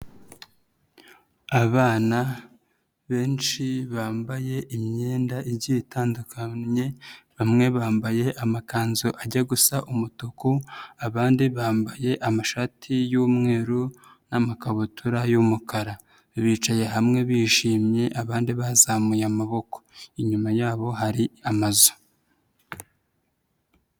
Abana benshi bambaye imyenda igiye itanukanye bamwe bambaye amakanzu ajya gusa umutuku abandi bambaye amashati y'umweru n'amakabutura y'umukara bicaye hamwe bishimye abandi bazamuye amaboko, inyuma yabo hari amazu.